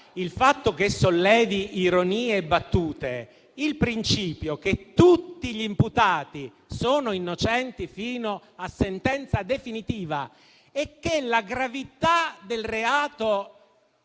il fatto che sollevi ironie e battute il principio che tutti gli imputati sono innocenti fino a sentenza definitiva e che la gravità del reato